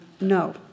no